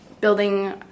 Building